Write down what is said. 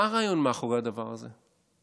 מה הרעיון מאחורי הדבר הזה?